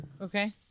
Okay